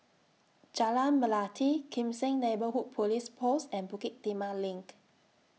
Jalan Melati Kim Seng Neighbourhood Police Post and Bukit Timah LINK